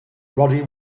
roddy